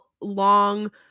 long